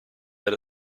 that